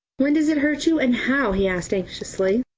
when does it hurt you, and how? he asked anxiously.